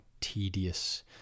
tedious